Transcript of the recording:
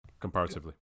Comparatively